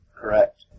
Correct